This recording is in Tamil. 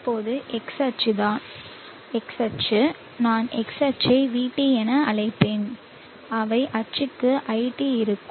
இப்போது x அச்சு நான் x அச்சை vT என அழைப்பேன் அவை அச்சுக்கு iT இருக்கும்